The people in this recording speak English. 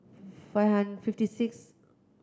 five hundred fifty six